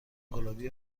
گلابی